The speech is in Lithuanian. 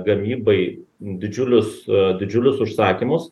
gamybai didžiulius didžiulius užsakymus